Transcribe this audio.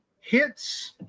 hits